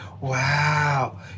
wow